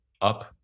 up